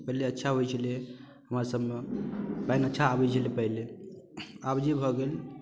पहिले अच्छा अबै छलै हमरासभमे पानि अच्छा अबै छलै पहिले आब जे भऽ गेल